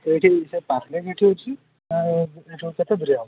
ସେଇଠି ସେ ଏ ପାଖରେ କେଉଁଠି ଅଛି ନା ଏଇଠୁ କେତେ ଦୂରିଆ ହେବ